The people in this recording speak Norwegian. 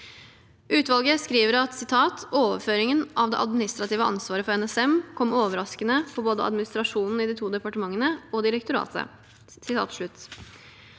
Utvalget skriver at: «Overføringen av det administrative ansvaret for NSM kom overraskende på både administrasjonen i de to departementene og direktoratet.»